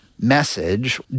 message